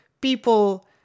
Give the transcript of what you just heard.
people